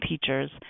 teachers